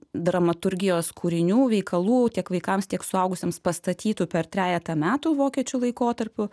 dramaturgijos kūrinių veikalų tiek vaikams tiek suaugusiems pastatytų per trejetą metų vokiečių laikotarpiu